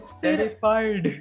terrified